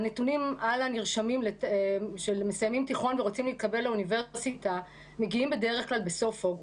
הנתונים של מסיימי התיכון מגיעים בדרך כלל בסוף אוגוסט.